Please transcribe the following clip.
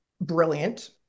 brilliant